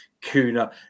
Kuna